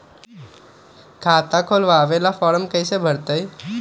खाता खोलबाबे ला फरम कैसे भरतई?